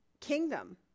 kingdom